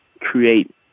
create